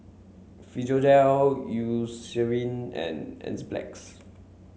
Physiogel Eucerin and Enzyplex